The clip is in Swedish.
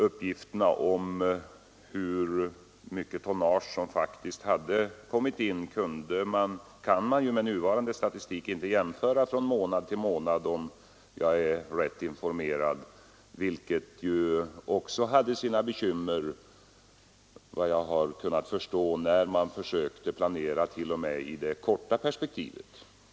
Uppgifterna om hur mycket tonnage som faktiskt hade kommit in kan man ju med nuvarande statistik inte jämföra från månad till månad, om jag är rätt informerad, något som också medförde bekymmer t.o.m. vid försöken till planering i det korta perspektivet.